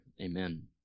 amen